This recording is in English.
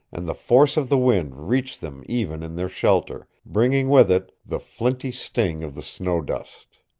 and the force of the wind reached them even in their shelter, bringing with it the flinty sting of the snow-dust.